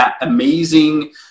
amazing